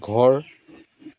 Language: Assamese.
ঘৰ